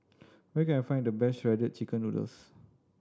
where can I find the best Shredded Chicken Noodles